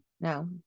No